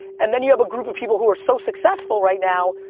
and then you have a group of people who are so successful right now,